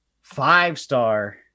five-star